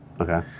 okay